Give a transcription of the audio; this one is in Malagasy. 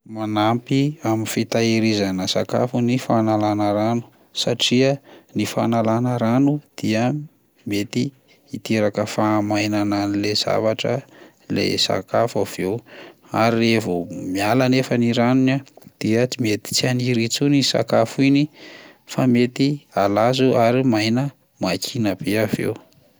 Manampy amin'ny fitahirizana sakafo ny fanalana rano satria ny fanalana rano dia mety hiteraka fahamainana an'lay zavatra ilay sakafo avy eo ary raha vao miala miala anefa ny ranony a dia ts- mety tsy haniry intsony iny sakafo iny fa mety halazo ary maina makina be avy eo.